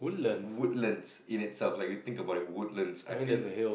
Woodlands in itself like you think about it Woodlands I feel